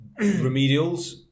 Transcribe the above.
remedials